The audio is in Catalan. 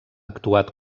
actuat